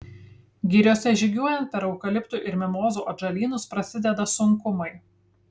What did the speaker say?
giriose žygiuojant per eukaliptų ir mimozų atžalynus prasideda sunkumai